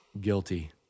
guilty